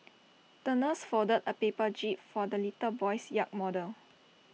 the nurse folded A paper jib for the little boy's yacht model